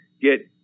get